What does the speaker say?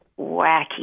wacky